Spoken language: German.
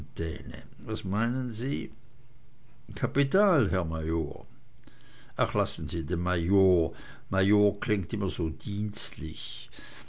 was meinen sie kapital herr major ach lassen sie den major major klingt immer so dienstlich